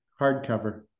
hardcover